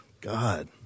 God